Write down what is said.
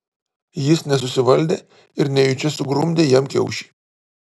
jis nesusivaldė ir nejučia sugrumdė jam kiaušį